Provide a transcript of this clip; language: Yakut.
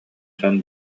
дьон